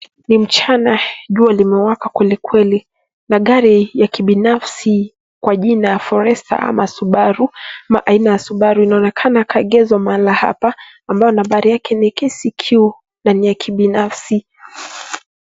Ni mchana jua limewaka kwelikweli na gari ya kibinafsi kwa jina Foresta ama Subaru ama aina ya subaru inaonekana kaegezwa mahali hapa ambalo nambari yake ni KCQ na ni ya kibinafsi.